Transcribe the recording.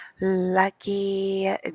Lucky